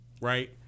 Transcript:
Right